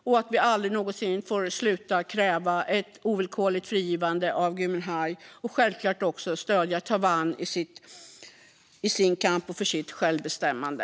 Och vi får aldrig någonsin sluta kräva ett ovillkorligt frigivande av Gui Minhai. Självklart ska vi också stödja Taiwan i dess kamp för sitt självbestämmande.